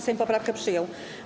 Sejm poprawkę przyjął.